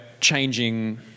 changing